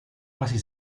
quasi